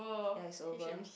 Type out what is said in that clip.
ya it's over